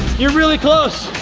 you're really close.